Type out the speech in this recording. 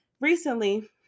recently